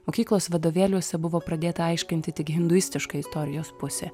mokyklos vadovėliuose buvo pradėta aiškinti tik hinduistiška istorijos pusė